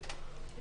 נגד.